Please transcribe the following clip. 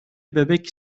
bebek